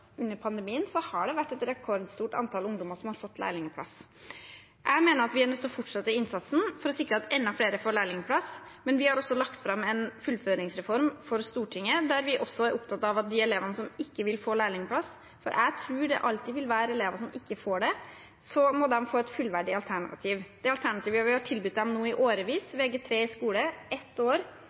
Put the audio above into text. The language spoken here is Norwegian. under pandemien, har vært et rekordstort antall ungdommer som har fått lærlingplass. Jeg mener vi er nødt til å fortsette innsatsen for å sikre at enda flere får lærlingplass. Vi har lagt fram en fullføringsreform for Stortinget, der vi også er opptatt av de elevene som ikke får lærlingplass. Jeg tror det alltid vil være elever som ikke får det, og de må få et fullverdig alternativ. Det alternativet vi har tilbudt dem nå i årevis, Vg3 i skole, et år